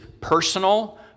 personal